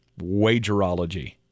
wagerology